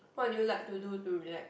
what do you like to do to relax